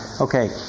Okay